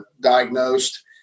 diagnosed